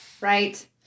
right